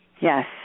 Yes